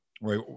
right